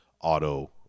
Auto